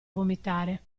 vomitare